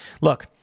Look